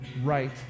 right